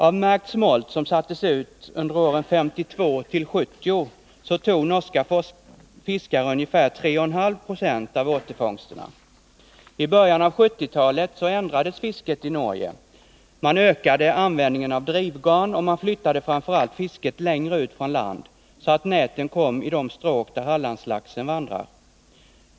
Av märkt smolt som sattes ut under åren 1952-1970 tog norska fiskare ungefär 3,5 20 av återfångsterna. I början av 1970-talet ändrades fisket i Norge. Man ökade användningen av drivgarn, och man flyttade framför allt fisket längre ut från land, så att näten kom i de stråk där Hallandslaxen vandrar.